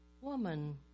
Woman